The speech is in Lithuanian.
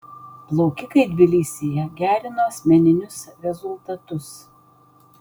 plaukikai tbilisyje gerino asmeninius rezultatus